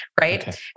right